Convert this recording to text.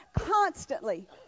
constantly